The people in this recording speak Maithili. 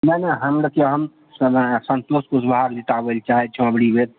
नहि नहि हम देखियौ हम संतोष कुशवाहा के जिताबय चाहै छौ अबरी बेर